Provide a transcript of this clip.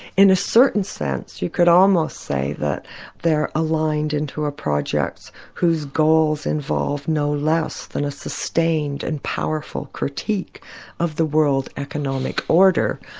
in a certain sense, you could almost say that they're aligned into a project whose goals involve no less than a sustained and powerful critique of the world economic order,